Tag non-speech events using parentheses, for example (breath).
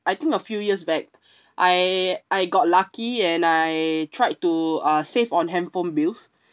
I think a few years back (breath) I I got lucky and I tried to uh save on handphone bills